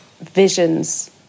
visions